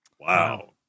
Wow